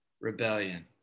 rebellion